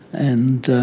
and